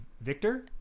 victor